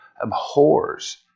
abhors